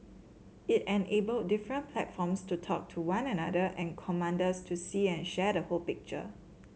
it enabled different platforms to talk to one another and commanders to see and share the whole picture